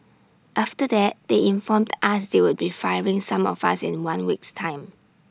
after that they informed us they would be firing some of us in one week's time